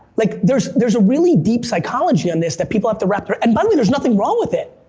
like there's there's a really deep psychology on this that people have to wrap their, and by the way, there's nothing wrong with it!